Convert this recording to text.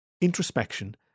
introspection